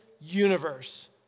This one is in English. universe